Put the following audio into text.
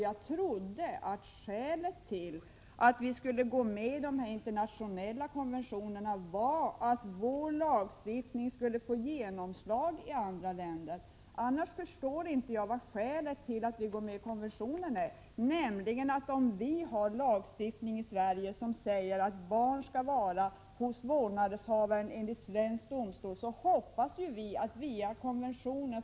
Jag trodde att skälet till Sveriges anslutning till dessa internationella konventioner var att vår lagstiftning skulle få genomslag i andra länder. Vad finns det annars för skäl att ansluta sig till dessa konventioner? Om vi i Sverige har en lagstiftning i vilken det sägs att barn skall vara hos vårdnadshavaren, hoppas vi ju att detta också skall bli möjligt med hjälp av konventioner.